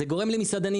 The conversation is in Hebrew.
זה גורם למסעדנים,